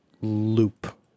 loop